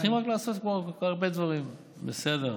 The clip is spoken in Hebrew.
צריכים רק לעשות, כמו עוד הרבה דברים, בסדר.